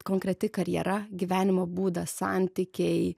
konkreti karjera gyvenimo būdas santykiai